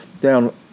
Down